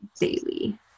daily